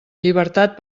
llibertat